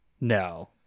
no